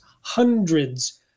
hundreds